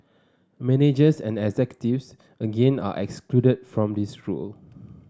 managers and executives again are excluded from this rule